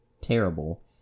terrible